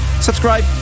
subscribe